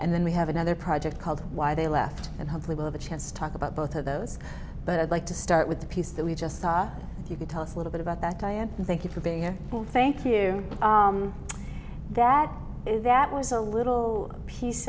and then we have another project called why they left and hopefully we'll have a chance to talk about both of those but i'd like to start with the piece that we just saw you could tell us a little bit about that diane thank you for being here thank you that that was a little piece